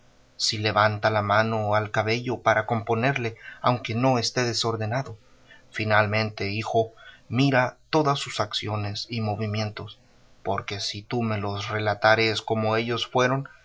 si levanta la mano al cabello para componerle aunque no esté desordenado finalmente hijo mira todas sus acciones y movimientos porque si tú me los relatares como ellos fueron